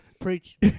preach